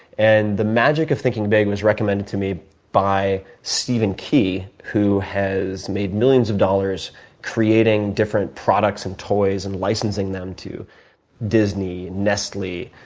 and the magic of thinking big was recommended to me by stephen key, who has made millions of dollars creating different products and toys, and licensing them to disney, nestle,